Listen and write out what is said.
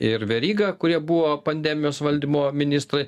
ir verygą kurie buvo pandemijos valdymo ministrai